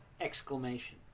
exclamation